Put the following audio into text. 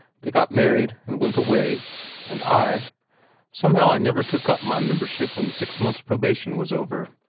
they got married, and went away and i somehow i never took up my membership when the six months' probation was over.